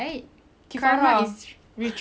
kifarah lah pasal kita get